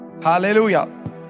Hallelujah